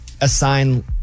assign